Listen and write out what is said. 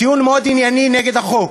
טיעון מאוד ענייני נגד החוק.